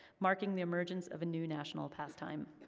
marking the emergence of a new national pastime.